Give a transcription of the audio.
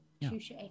Touche